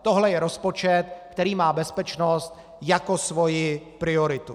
Tohle je rozpočet, který má bezpečnost jako svoji prioritu.